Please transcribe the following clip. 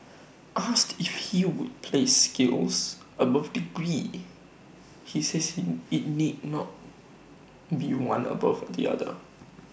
asked if he would place skills above degrees he says IT need not be one above the other